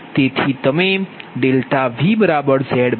તેથી તમે ΔVZBUSCf